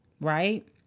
right